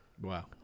Wow